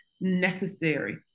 necessary